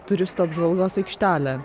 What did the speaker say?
turistų apžvalgos aikštelę